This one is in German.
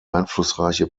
einflussreiche